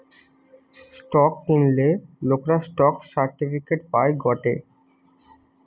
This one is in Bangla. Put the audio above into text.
স্টক কিনলে লোকরা স্টক সার্টিফিকেট পায় গটে